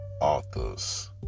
Authors